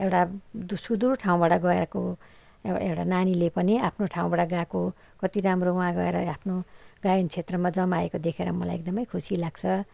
एउटा सुदुर ठाउँबाट गएको एउटा नानीले पनि आफ्नो ठाउँबाट गएको कति राम्रो वहाँ गएर आफ्नो गायन क्षेत्रमा जमाएको देखेर मलाई एकदमै खुसी लाग्छ